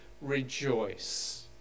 rejoice